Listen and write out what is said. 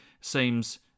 seems